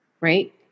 Right